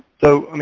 so, i mean,